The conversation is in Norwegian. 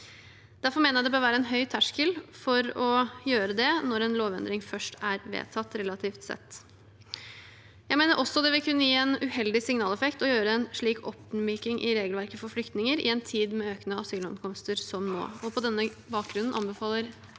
Derfor mener jeg det bør være en høy terskel for å gjøre dette når en lovendring først er vedtatt, relativt sett. Jeg mener også det vil kunne gi en uheldig signaleffekt å gjøre en slik oppmyking i regelverket for flyktninger i en tid med økte asylankomster, som nå,